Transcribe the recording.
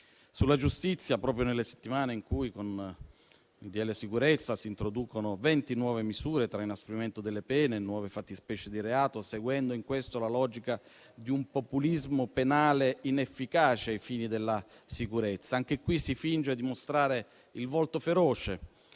Sulla giustizia - proprio nelle settimane in cui, con il decreto sicurezza, si introducono 20 nuove misure tra inasprimento delle pene e nuove fattispecie di reato, seguendo in questo la logica di un populismo penale inefficace ai fini della sicurezza - si finge di mostrare il volto feroce